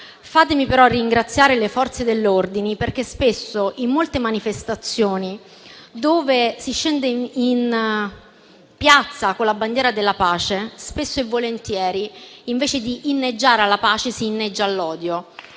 Fatemi, però, ringraziare le Forze dell'ordine, perché in molte manifestazioni dove si scende in piazza con la bandiera della pace, spesso e volentieri, invece di inneggiare alla pace, si inneggia all'odio,